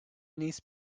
niece